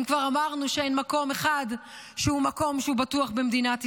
אם כבר אמרנו שאין מקום אחד שהוא מקום בטוח במדינת ישראל.